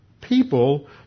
people